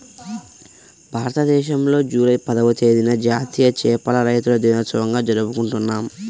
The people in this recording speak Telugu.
భారతదేశంలో జూలై పదవ తేదీన జాతీయ చేపల రైతుల దినోత్సవంగా జరుపుకుంటున్నాం